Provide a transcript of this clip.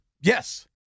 Yes